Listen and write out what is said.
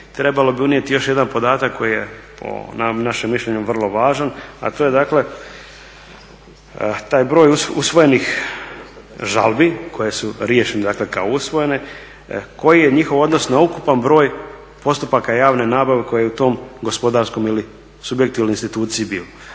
trebalo bi unijeti još jedan podatak koji je po našem mišljenju vrlo važan, a to je dakle, taj broj usvojenih žalbi koje su riješene dakle kao usvojene, koji je njihov odnos na ukupan broj postupaka javne nabave koji u tom gospodarskom subjektu ili instituciji bilo.